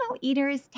eaters